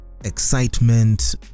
excitement